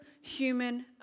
human